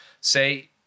say